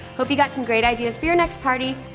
hope you got some great ideas for your next party.